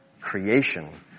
creation